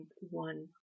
one